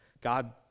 God